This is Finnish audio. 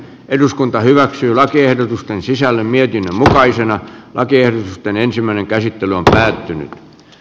eduskunta hyväksyy lakiehdotusten sisällön mietinnön mukaisina rakennusten ensimmäinen käsittely on alueita